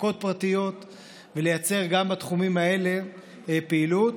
הפקות פרטיות ולייצר גם בתחומים האלה פעילות.